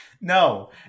No